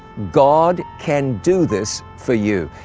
god can do this for you.